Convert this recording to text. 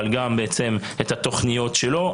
אבל גם את התוכניות שלו.